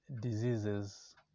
diseases